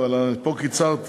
להודעה.